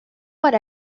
what